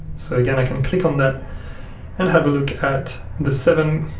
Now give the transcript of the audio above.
so again i can click on that and have a look at the seven